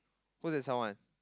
who they sound one